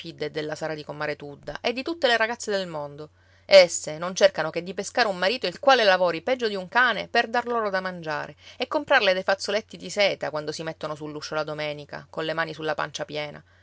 della sara di comare tudda e di tutte le ragazze del mondo esse non cercano che di pescare un marito il quale lavori peggio di un cane per dar loro da mangiare e comprarle dei fazzoletti di seta quando si mettono sull'uscio la domenica colle mani sulla pancia piena